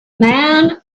man